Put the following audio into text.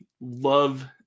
love